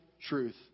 truth